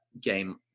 game